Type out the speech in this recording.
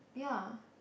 yeah